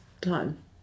time